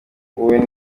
wowe